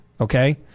Okay